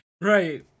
Right